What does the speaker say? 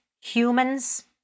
Humans